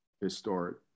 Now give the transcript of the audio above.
historic